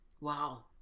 Wow